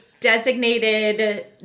designated